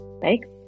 Thanks